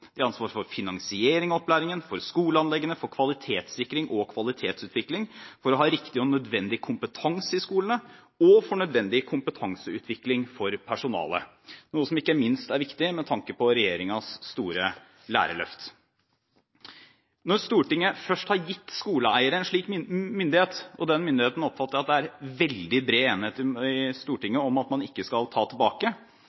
De har ansvar for finansiering av opplæringen, for skoleanleggene, for kvalitetssikring og kvalitetsutvikling, for å ha riktig og nødvendig kompetanse i skolene og for nødvendig kompetanseutvikling for personalet, noe som ikke minst er viktig med tanke på regjeringens store lærerløft. Når Stortinget først har gitt skoleeiere en slik myndighet – og den myndigheten oppfatter jeg at det er veldig bred enighet i